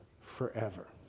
forever